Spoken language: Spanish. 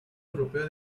europeo